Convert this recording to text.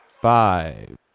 Five